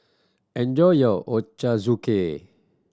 enjoy your Ochazuke